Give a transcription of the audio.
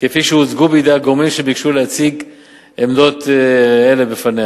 כפי שהוצגו בידי הגורמים שביקשו להציג עמדתם בפניה.